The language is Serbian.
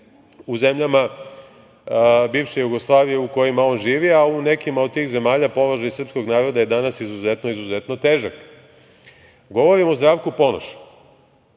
u zemljama bivše Jugoslavije u kojima on živi, a u nekima od tih zemalja položaj i srpskog naroda je danas izuzetno, izuzetno težak. Govorim o Zdravku Ponošu.